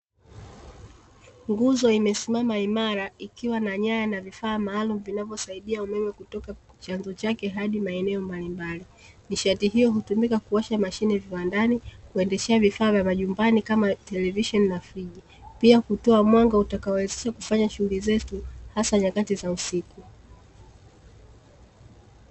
Nguzo imesimama imara ikiwa na nyaya na vifaa maalumu vinavyosaidia umeme kutoka chanzo chake hadi maeneo mbalimbali, nisharti hiyo hutumika kuwasha mashine viwandani, kuendeshea vifaa vya majumbani kama televisheni na friji, pia kutoa mwanga utakaowezesha kufanya shughuli zetu hasa nyakati za usiku .